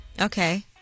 Okay